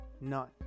None